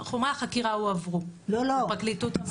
חומרי החקירה הועברו לפרקליטות המדינה.